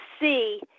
see